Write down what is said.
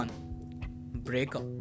Breakup